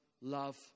love